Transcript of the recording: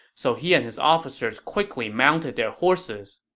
so he and his officers quickly mounted their horses.